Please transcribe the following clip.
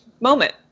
moment